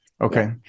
Okay